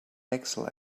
excel